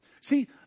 See